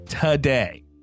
today